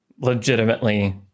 legitimately